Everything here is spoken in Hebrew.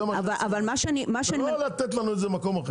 זה מה שצריך ולא לתת לנו את זה במקום אחר.